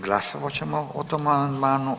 Glasovat ćemo o tom amandmanu.